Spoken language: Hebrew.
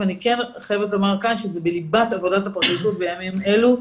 ואני חייבת לומר כאן שזה בליבת עבודת הפרקליטות בימים אלו,